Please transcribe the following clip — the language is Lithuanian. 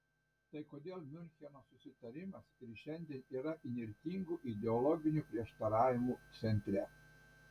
tai kodėl miuncheno susitarimas ir šiandien yra įnirtingų ideologinių prieštaravimų centre